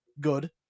good